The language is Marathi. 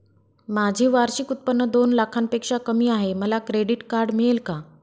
माझे वार्षिक उत्त्पन्न दोन लाखांपेक्षा कमी आहे, मला क्रेडिट कार्ड मिळेल का?